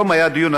היום היה דיון,